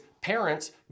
parents